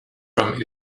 from